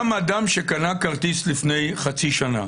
גם אדם שקנה כרטיס טיסה לפני חצי שנה